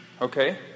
Okay